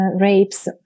rapes